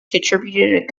contributed